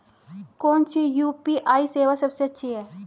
कौन सी यू.पी.आई सेवा सबसे अच्छी है?